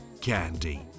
Candy